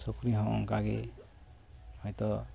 ᱥᱩᱠᱨᱤ ᱦᱚᱸ ᱚᱱᱠᱟᱜᱮ ᱦᱚᱭᱛᱚ